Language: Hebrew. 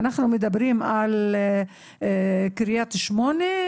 אנחנו מדברים על קריית שמונה,